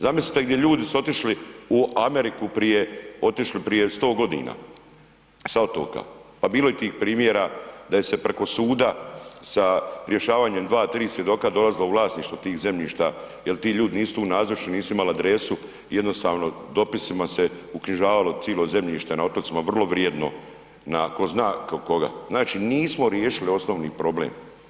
Zamislite gdje ljudi su otišli u Ameriku, otišli prije 100 godina s otoka, pa bili je tih primjera da je se priko suda sa rješavanjem dva, tri svjedoka dolazilo u vlasništvo tih zemljišta jer ti ljudi nisu tu nazočni, nisu imali adresu i jednostavno se dopisima uknjižavalo cilo zemljište na otocima vrlo vrijedno na, ko zna na koga, znači nismo riješili osnovni problem.